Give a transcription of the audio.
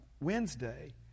Wednesday